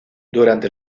durante